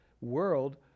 world